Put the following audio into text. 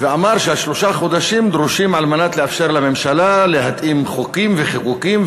אמר ששלושה חודשים דרושים כדי לאפשר לממשלה להתאים חוקים וחיקוקים,